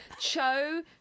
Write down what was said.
Cho